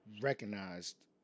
recognized